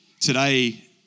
today